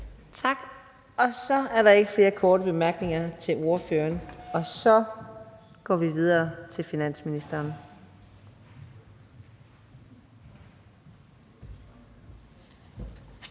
Tak. Så er der ikke flere korte bemærkninger til ordføreren, og så går vi videre til finansministeren.